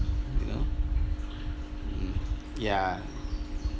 you know mm ya